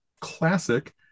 classic